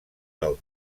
del